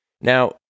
Now